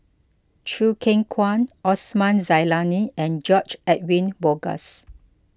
Choo Keng Kwang Osman Zailani and George Edwin Bogaars